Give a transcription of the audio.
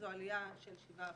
זו עלייה של 7%,